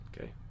Okay